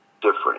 different